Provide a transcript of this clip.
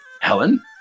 Helen